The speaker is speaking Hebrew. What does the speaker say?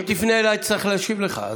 אם תפנה אליה היא תצטרך להשיב לך.